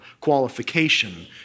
qualification